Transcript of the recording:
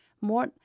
More